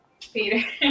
Peter